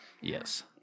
Yes